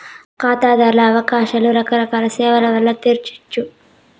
కాతాదార్ల అవసరాలు రకరకాల సేవల్ల వల్ల తెర్సొచ్చు